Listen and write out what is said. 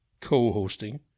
co-hosting